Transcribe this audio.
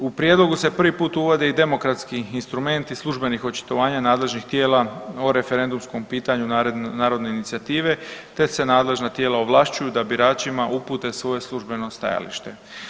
U prijedlogu se prvi put uvodi i demokratski instrument iz službenih očitovanja nadležnih tijela o referendumskom pitanju narodne inicijative, te se nadležna tijela ovlašćuju da biračima upute svoje službeno stajalište.